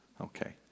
Okay